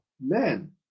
man